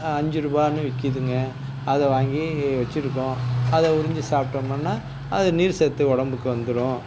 அஞ்சு ரூபாய்ன்னு விற்கிதுங்க அத வாங்கி வச்சிருக்கோம் அதை உறிஞ்சு சாப்பிட்டோமுன்னா அது நீர் சத்து உடம்புக்கு வந்துடும்